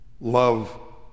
love